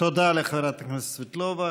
תודה לחברת הכנסת סבטלובה.